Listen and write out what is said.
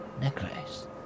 necklace